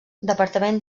departament